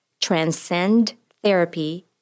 transcendtherapy